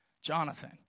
Jonathan